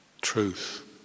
truth